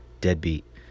deadbeat